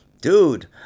Dude